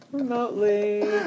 Remotely